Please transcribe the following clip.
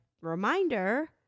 reminder